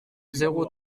zéro